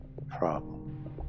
problem